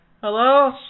Hello